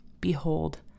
behold